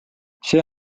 see